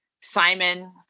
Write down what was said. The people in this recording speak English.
Simon